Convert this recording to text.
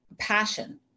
passion